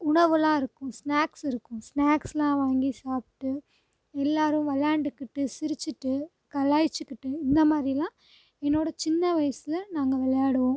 உணவுலாம் இருக்கும் ஸ்நாக்ஸ் இருக்கும் ஸ்நாக்ஸ்லாம் வாங்கி சாப்பிட்டு எல்லோரும் விளையாண்டுக்கிட்டு சிரிச்சுட்டு கலாயிச்சிக்கிட்டு இந்தமாதிரிலா என்னோடய சின்ன வயசில் நாங்கள் விளையாடுவோம்